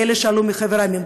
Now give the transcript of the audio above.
לאלה שעלו מחבר העמים,